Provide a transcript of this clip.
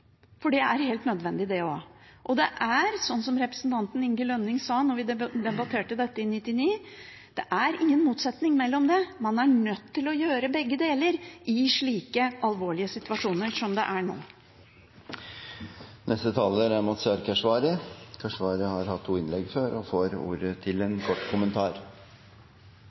for det er også helt nødvendig. Og det er, som representanten Inge Lønning sa da vi debatterte dette i 1999, ingen motsetning mellom dette. Man er nødt til å gjøre begge deler i slike alvorlige situasjoner som det er nå. Representanten Mazyar Keshvari har hatt ordet to ganger tidligere og får ordet til en kort